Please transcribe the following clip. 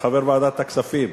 כחבר ועדת הכספים.